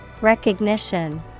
Recognition